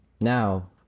Now